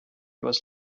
was